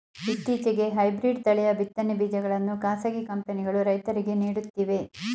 ಇತ್ತೀಚೆಗೆ ಹೈಬ್ರಿಡ್ ತಳಿಯ ಬಿತ್ತನೆ ಬೀಜಗಳನ್ನು ಖಾಸಗಿ ಕಂಪನಿಗಳು ರೈತರಿಗೆ ನೀಡುತ್ತಿವೆ